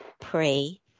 pray